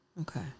Okay